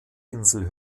insel